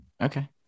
okay